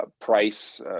price